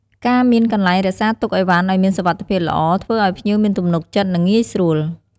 ការមានកន្លែងរក្សាទុកឥវ៉ាន់ឪ្យមានសុវត្ថភាពល្អ ធ្វើឱ្យភ្ញៀវមានទំនុកចិត្ត និង ងាយស្រួល។